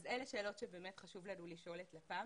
אלה שאלות שחשוב לנו לשאול את לפ"מ.